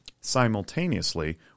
Simultaneously